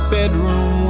bedroom